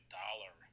dollar